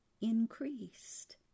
increased